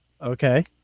Okay